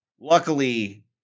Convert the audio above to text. Luckily